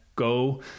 go